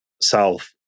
south